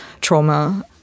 trauma